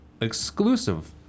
exclusive